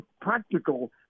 practical